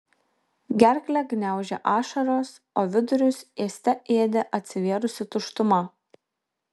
gerklę gniaužė ašaros o vidurius ėste ėdė atsivėrusi tuštuma